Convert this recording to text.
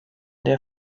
der